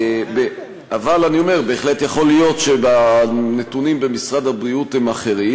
אבל אני אומר שבהחלט יכול להיות שהנתונים במשרד הבריאות הם אחרים.